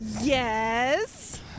Yes